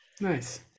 Nice